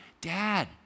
Dad